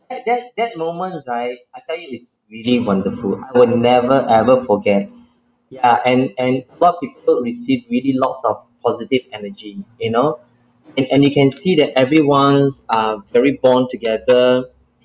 that that that moment right I tell you it's really wonderful I would never ever forget ya and and a lot of people receive really lots of positive energy you know and and you can see that everyone's uh very bond together